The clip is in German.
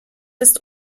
ist